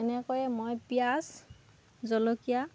এনেকৈয়ে মই পিয়াঁজ জলকীয়া